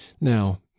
now